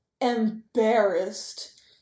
embarrassed